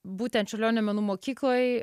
būtent čiurlionio menų mokykloj